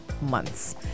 months